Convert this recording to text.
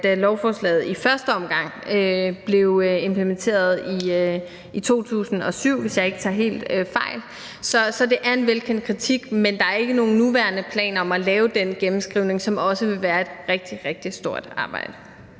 da lovforslaget i første omgang blev implementeret i 2007, hvis jeg ikke tager helt fejl. Så det er en velkendt kritik, men der er ikke nogen nuværende planer om at lave den gennemskrivning, som også vil være et rigtig, rigtig stort arbejde.